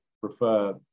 prefer